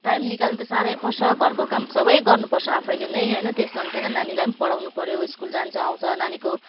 time निकाल्नु त साह्रो पर्छ घरको काम सब गर्नु पर्छ आफैले नै होइन त्यससँग सँगै नानीलाई पनि पढाउनु पऱ्यो स्कुल जान्छ आउँछ नानीको